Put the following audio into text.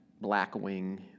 Blackwing